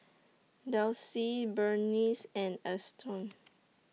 Delsie Berniece and Alston